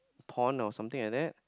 pond or something like that